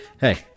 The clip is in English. hey